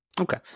Okay